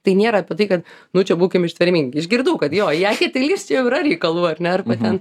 tai nėra apie tai kad nu čia būkim ištvermingi išgirdau kad jo į eketę įlįst čia jau yra reikalų ar ne arba ten